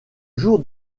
jour